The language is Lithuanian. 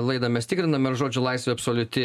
laidą mes tikriname ar žodžio laisvė absoliuti